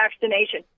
vaccination